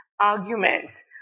arguments